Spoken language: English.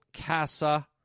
casa